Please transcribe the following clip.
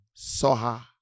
Soha